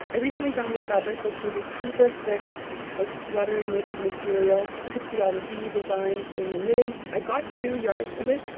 i recently found this fabric which was a super thick like, sweater knitted material you can see all the v designs in the knitting. i got two yards of it,